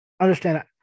understand